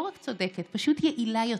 לא רק צודקת, פשוט יעילה יותר.